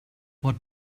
what